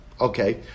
Okay